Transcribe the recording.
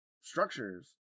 structures